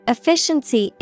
Efficiency